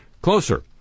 closer